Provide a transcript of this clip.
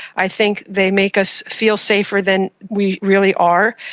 i think they make us feel safer than we really are.